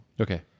Okay